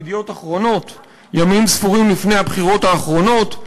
ב"ידיעות אחרונות" ימים ספורים לפני הבחירות האחרונות,